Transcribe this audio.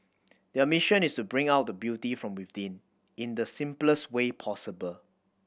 their mission is to bring out the beauty from within in the simplest way possible